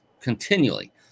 continually